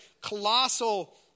colossal